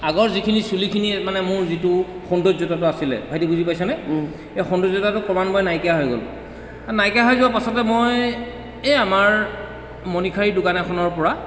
আগৰ যিখিনি চুলিখিনি মানে মোৰ যিটো সৌন্দৰ্যতা আছিলে ভাইটি বুজি পাইছানে সেই সৌন্দৰ্যতাটো ক্ৰমান্বয়ে নাইকিয়া হৈ গ'ল নাকিয়া হৈ যোৱা পাছতে মই এই আমাৰ মনিশাৰী দোকান এখনৰ পৰা